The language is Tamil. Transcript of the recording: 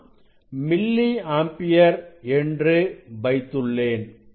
நான் மில்லி ஆம்பியர் என்று வைத்துள்ளேன்